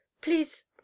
Please